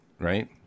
Right